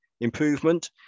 Improvement